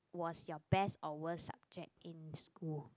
was your best or worst subject in school